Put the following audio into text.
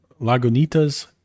Lagunitas